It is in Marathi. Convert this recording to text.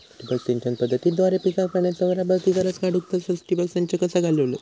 ठिबक सिंचन पद्धतीद्वारे पिकाक पाण्याचा बराबर ती गरज काडूक तसा ठिबक संच कसा चालवुचा?